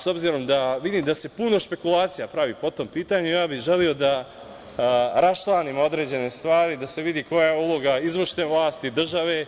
S obzirom da vidim da se puno spekulacija pravi po tom pitanju, ja bih želeo da raščlanim određene stvari, da se vidi koja je uloga izvršne vlasti države,